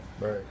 Right